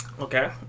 Okay